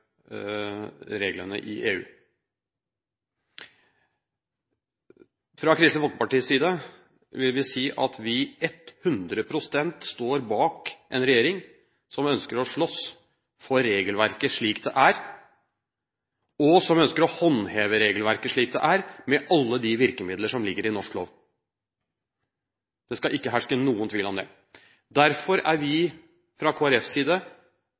reglene i EU. Fra Kristelig Folkepartis side vil vi si at vi 100 pst. står bak en regjering som ønsker å slåss for regelverket slik det er, og som ønsker å håndheve regelverket slik det er, med alle de virkemidler som ligger i norsk lov. Det skal ikke herske noen tvil om det. Derfor er vi fra Kristelig Folkepartis side